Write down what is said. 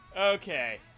Okay